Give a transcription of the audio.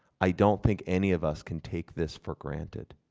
i don't think any of us can take this for granted.